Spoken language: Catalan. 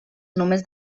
només